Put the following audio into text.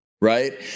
right